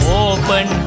open